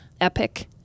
epic